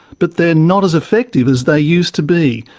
but they're not as effective as they used to be,